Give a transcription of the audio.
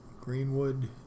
Greenwood